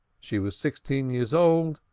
she was sixteen years old,